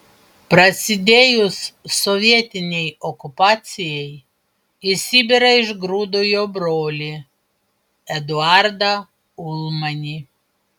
prasidėjus sovietinei okupacijai į sibirą išgrūdo jo brolį eduardą ulmanį